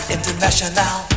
International